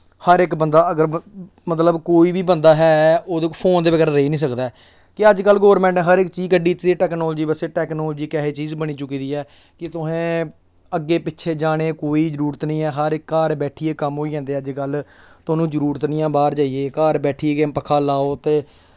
हर इक बंदा अगर मतलब कोई बी बंदा ऐ ओह् फोन दे बगैर रेही निं सकदा ऐ कि अज्ज कल गौरमेंट ने हर इक चीज कड्ढी दित्ती दी टेक्नोलॉजी बास्तै टेक्नोलॉजी इस ऐसी चीज बनी चुकी दी ऐ कि तुसें अग्गें पिच्छें जाने दी कोई जरूरत निं ऐ हर इक घर बैठियै कम्म होई जंदे अज्ज कल थाह्नूं जरूरत निं ऐ बाह्र जाइयै घर बैठियै पक्खा लाओ ते